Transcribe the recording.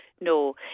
No